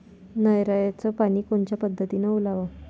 नयराचं पानी कोनच्या पद्धतीनं ओलाव?